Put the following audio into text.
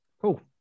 cool